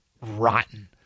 rotten